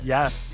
Yes